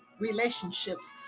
relationships